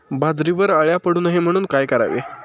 बाजरीवर अळ्या पडू नये म्हणून काय करावे?